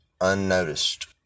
unnoticed